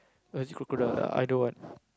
or is it crocodile either one